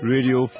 Radio